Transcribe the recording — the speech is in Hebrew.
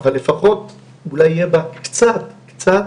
אבל אני מקווה שלפחות אולי יהיה בה קצת, קצת,